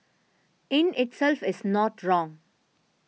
in itself is not wrong